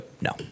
no